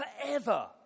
Forever